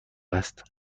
است